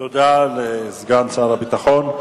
תודה לסגן הביטחון.